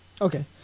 Okay